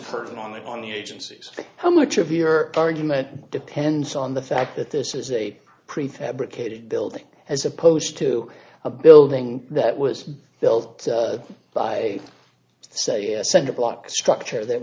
person on the on the agencies how much of your argument depends on the fact that this is a prefabricated building as opposed to a building that was built by say a cinder block structure that